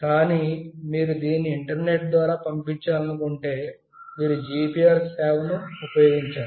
కానీ మీరు దీన్ని ఇంటర్నెట్ ద్వారా పంపించాలనుకుంటే మీరు GPRS సేవను ఉపయోగించాలి